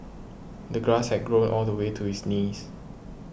the grass had grown all the way to his knees